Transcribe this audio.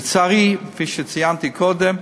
לצערי, כפי שציינתי קודם,